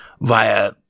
via